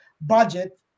budget